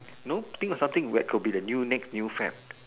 no think of something where could become the new the next new fad